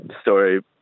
story